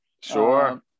Sure